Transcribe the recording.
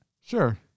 Sure